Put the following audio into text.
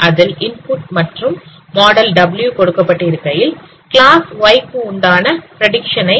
அதில் இன்புட் மற்றும் model w கொடுக்கப்பட்டு இருக்கையில் கிளாஸ் y க்கு உண்டான பிரடிக்சன் ஐ